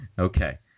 Okay